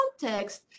context